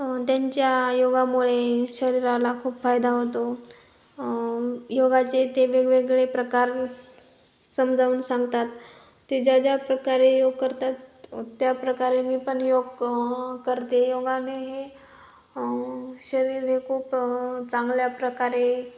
त्यांच्या योगामुळे शरीराला खूप फायदा होतो योगाचे ते वेगवेगळे प्रकार समजावून सांगतात ते ज्या ज्या प्रकारे योग करतात त्या प्रकारे मी पण योग अ करते योगाने अ शरीर हे खूप चांगल्या प्रकारे